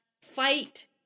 fight